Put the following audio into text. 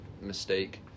mistake